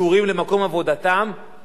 אותם אנשים לא יוכלו להתבטא.